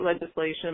legislation